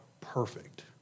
perfect